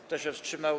Kto się wstrzymał?